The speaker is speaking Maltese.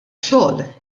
xogħol